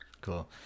Cool